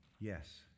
Yes